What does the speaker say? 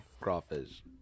Crawfish